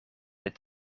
het